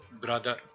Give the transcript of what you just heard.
brother